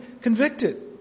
convicted